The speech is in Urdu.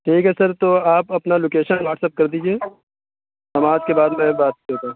ٹھیک ہے سر تو آپ اپنا لوکیشن واٹسپ کر دیجیے ہم آپ کے بعد میں بات کرتے ہیں